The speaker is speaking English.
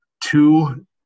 two